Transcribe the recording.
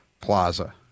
Plaza